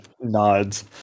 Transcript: nods